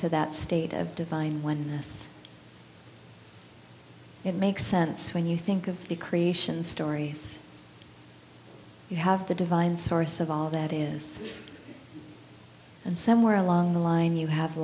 to that state of divine when us it makes sense when you think of the creation stories you have the divine source of all that is and somewhere along the line you have